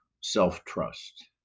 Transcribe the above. self-trust